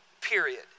period